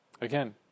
Again